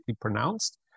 pronounced